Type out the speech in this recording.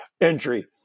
Entry